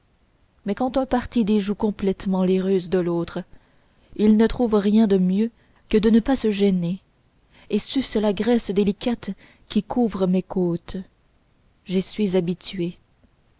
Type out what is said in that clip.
mais quand un parti déjoue complètement les ruses de l'autre ils ne trouvent rien de mieux que de ne pas se gêner et sucent la graisse délicate qui couvre mes côtes j'y suis habitué